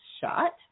shot